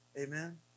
Amen